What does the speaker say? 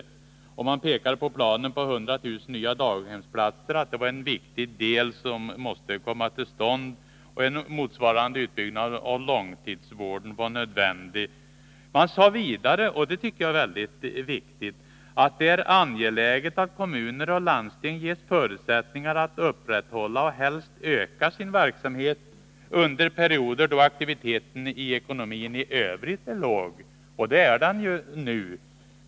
Man pekade i det sammanhanget på att planen med 100 000 nya daghemsplatser var en viktig deli dessa strävanden och att den måste genomföras. Likaså framhöll man att en motsvarande utbyggnad av långtidsvården var nödvändig. Man sade vidare — och det tycker jag är väldigt viktigt — att det är angeläget att kommuner och landsting ges förutsättningar att upprätthålla och helst öka sin verksamhet under perioder då aktiviteten i ekonomin i övrigt är låg. Det är den ju nu.